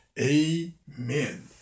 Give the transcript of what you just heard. Amen